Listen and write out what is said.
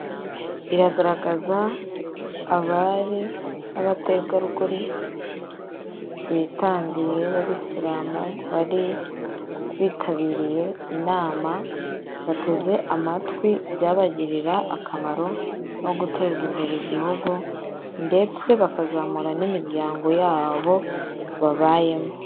Iragaragaza abari n'abategarugori bitandiye b'abisilamu bari bitabiriye inama, bateze amatwi ibyabagirira akamaro no guteza imbere igihugu ndetse bakazamura n'imiryango yabo babayemo.